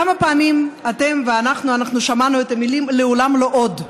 כמה פעמים אתם ואנחנו שמענו את המילים "לעולם לא עוד"?